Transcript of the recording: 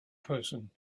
person